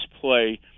play